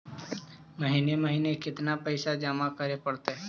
महिने महिने केतना पैसा जमा करे पड़तै?